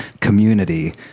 community